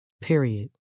Period